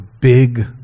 big